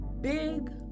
Big